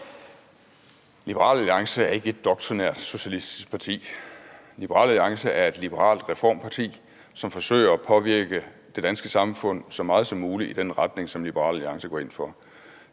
Liberal Alliance er ikke et doktrinært socialistisk parti. Liberal Alliance er et liberalt reformparti, som forsøger at påvirke det danske samfund så meget som muligt i den retning, som Liberal Alliance går ind for.